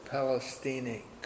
Palestinian